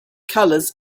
colors